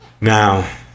Now